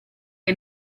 che